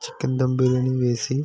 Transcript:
chicken dum biryani వేసి